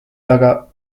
taga